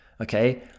okay